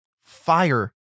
Fire